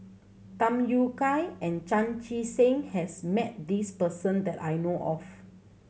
Tham Yui Kai and Chan Chee Seng has met this person that I know of